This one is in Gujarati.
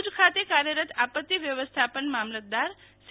ભુજ ખાતે કાર્યરત આપત્તિ વ્યવસ્થાપન મામલતદાર સી